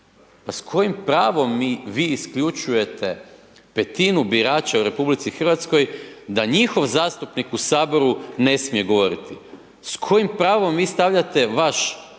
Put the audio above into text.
Pa s kojim mi vi isključujete 1/5 birača u RH da njih zastupnik u Saboru ne smije govoriti? S kojim pravom vi stavljate vaš